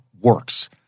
works